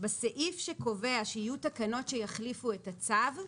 בסעיף שקובע שיהיו תקנות שיחליפו את הצו,